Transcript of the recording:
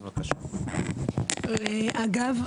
אגב,